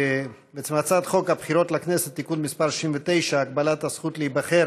הצעת חוק הבחירות לכנסת (תיקו מס' 69) (הגבלת הזכות להיבחר